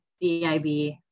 DIB